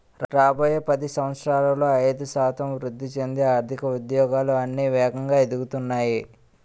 రాబోయే పది సంవత్సరాలలో ఐదు శాతం వృద్ధి చెందే ఆర్థిక ఉద్యోగాలు అన్నీ వేగంగా ఎదుగుతున్నాయి